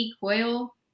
coil